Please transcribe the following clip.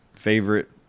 favorite